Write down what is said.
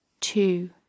Two